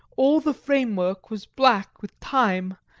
all the framework was black with time,